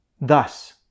Thus